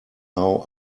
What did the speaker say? now